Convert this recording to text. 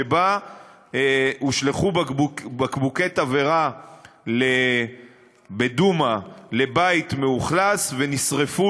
שבה הושלכו בקבוקי תבערה בדומא לבית מאוכלס ונשרפו,